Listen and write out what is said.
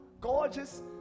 gorgeous